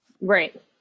Right